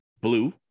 Blue